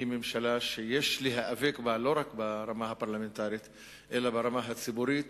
היא ממשלה שיש להיאבק בה לא רק ברמה הפרלמנטרית אלא ברמה הציבורית.